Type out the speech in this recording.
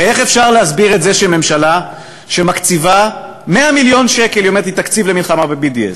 הרי איך אפשר להסביר את זה שממשלה שמקציבה 100 מיליון שקל למלחמה ב-BDS